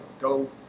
go